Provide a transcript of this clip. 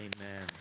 amen